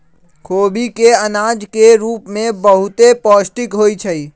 खोबि के अनाज के रूप में बहुते पौष्टिक होइ छइ